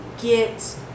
get